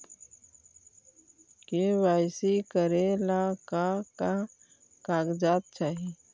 KYC करे ला का का कागजात चाही?